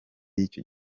y’icyo